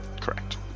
Correct